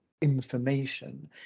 information